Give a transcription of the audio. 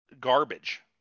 garbage